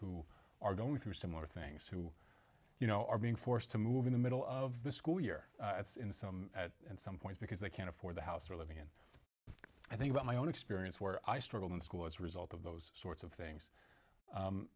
who are going through similar things who you know are being forced to move in the middle of the school year at some point because they can't afford the house or living in i think about my own experience where i struggled in school as a result of those sorts of things